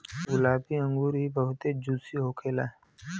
गुलाबी अंगूर इ बहुते जूसी होखेला